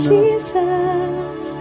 Jesus